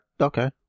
okay